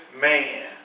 man